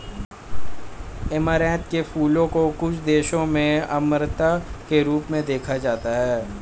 amaranth के फूलों को कुछ देशों में अमरता के रूप में देखा जाता है